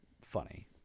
funny